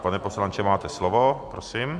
Pane poslanče, máte slovo, prosím.